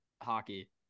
hockey